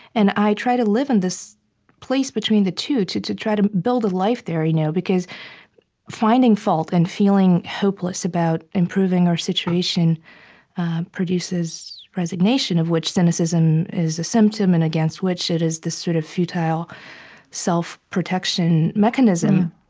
and i try to live in this place between the two, to to try to build a life there, you know because finding fault and feeling hopeless about improving our situation produces resignation of which cynicism is a symptom and against which it is the sort of futile self-protection mechanism.